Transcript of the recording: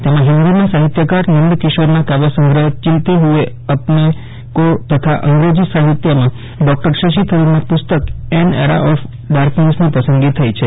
તેમાં હિન્દીમાં સાહિત્યકાર નંદકિશોરના કાવ્યસંગ્રહ ચિલતે ફએ અપને કો તથા અંગ્રેજી સાહિત્યમાં ડોકટર શશી થરૂરના પુસ્તક એન એરા ઓફ ડાર્કનેસની પસંદગી થઇ છે